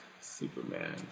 Superman